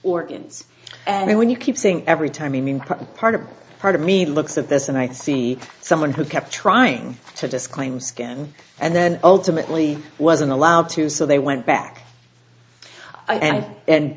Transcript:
organs and when you keep saying every time i mean part of part of me looks at this and i see someone who kept trying to disclaim skin and then ultimately wasn't allowed to so they went back